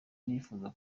nifuza